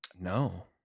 No